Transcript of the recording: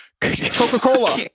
Coca-Cola